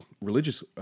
religious